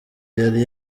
yari